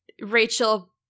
rachel